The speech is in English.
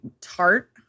tart